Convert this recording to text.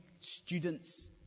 students